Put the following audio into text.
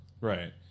Right